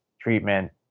treatment